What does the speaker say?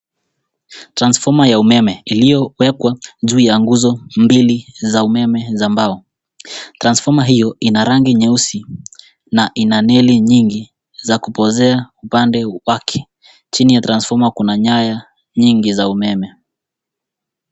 [Transformer ya umeme iliowekwa juu ya guzo mbili za umeme za mbao. Transformer hio inarangi nyeusi na ina neli nyingi za kupozea upande wake. Chini ya transformer kuna nyaya nyingi za umeme.